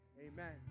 amen